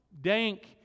dank